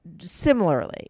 similarly